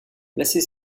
placer